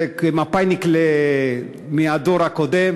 איסור להפלות מחמת מקום מגורים באספקת מוצר או שירות